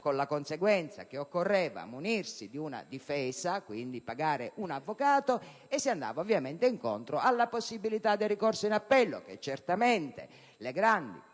con la conseguenza che occorreva munirsi di un difensore, quindi pagare un avvocato, e che si andava incontro alla possibilità di ricorso in appello, che certamente le grandi